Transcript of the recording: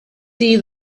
see